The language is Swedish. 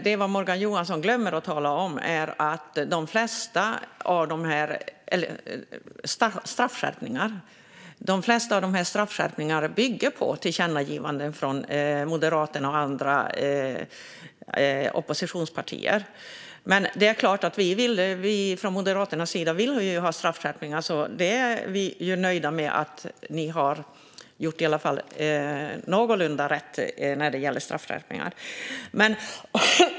Det Morgan Johansson glömmer att tala om är att de flesta straffskärpningarna bygger på förslag i tillkännagivanden från Moderaterna och andra oppositionspartier. Men Moderaterna vill ju ha straffskärpningar, så vi är glada för att ni har gjort i alla fall någorlunda rätt här.